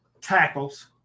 tackles